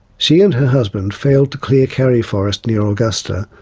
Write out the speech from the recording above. she and her husband failed to clear karri forest near augusta,